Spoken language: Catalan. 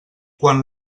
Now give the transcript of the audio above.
quan